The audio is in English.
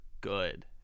good